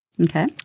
Okay